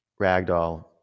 ragdoll